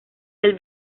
del